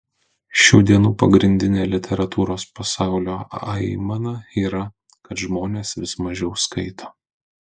šių dienų pagrindinė literatūros pasaulio aimana ir yra kad žmonės vis mažiau skaito